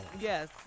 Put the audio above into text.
Yes